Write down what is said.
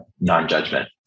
non-judgment